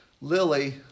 Lily